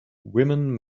women